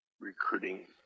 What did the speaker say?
recruiting